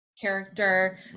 character